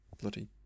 bloody